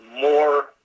more